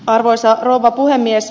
arvoisa rouva puhemies